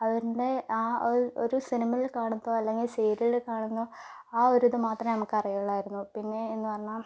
അവരുടെ ആ ഒരു ഒരു സിനിമയിൽ കാണുമ്പോൾ അല്ലെങ്കിൽ സീരിയൽ കാണുമ്പോൾ ആ ഒരു ഇത് മാത്രമേ നമുക്ക് അറിയുകയുള്ളായിരുന്നു പിന്നെ എന്ന് പറഞ്ഞാൽ